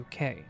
UK